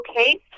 okay